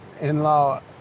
in-law